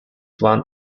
one